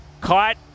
caught